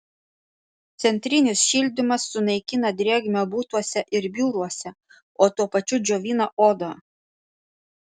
centrinis šildymas sunaikina drėgmę butuose ir biuruose o tuo pačiu džiovina odą